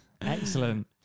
Excellent